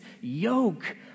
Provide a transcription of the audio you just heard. yoke